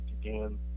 again